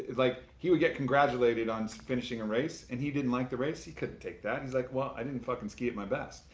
like he would get congratulated on finishing a race and he didn't like the race, he couldn't take that. he's like, well i didn't fucking ski at my best.